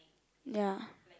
ya